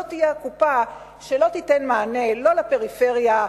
תהיה הקופה שלא תיתן מענה לא לפריפריה,